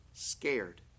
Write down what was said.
scared